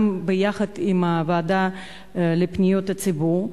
גם ביחד עם הוועדה לפניות הציבור,